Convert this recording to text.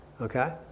okay